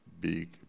big